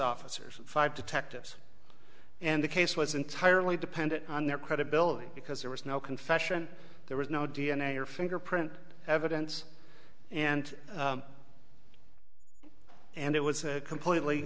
officers five detectives and the case was entirely dependent on their credibility because there was no confession there was no d n a or fingerprint evidence and and it was a completely